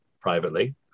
privately